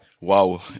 Wow